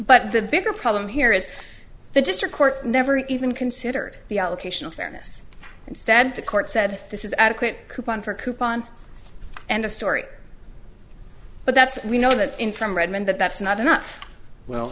but the bigger problem here is the district court never even considered the allocation of fairness instead the court said this is adequate coupon for a coupon and a story but that's we know that in from redmond but that's not enough well